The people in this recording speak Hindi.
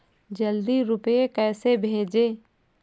जल्दी रूपए कैसे भेजें?